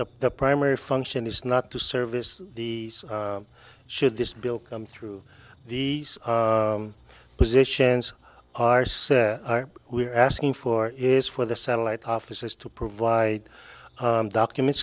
not the primary function is not to service the should this bill come through these positions are so we're asking for is for the satellite offices to provide documents